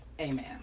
amen